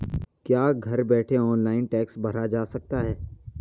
क्या घर बैठे ऑनलाइन टैक्स भरा जा सकता है?